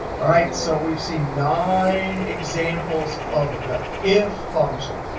all right, so we've seen nine examples of the if function.